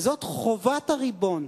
זאת חובת הריבון.